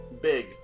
Big